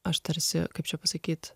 aš tarsi kaip čia pasakyt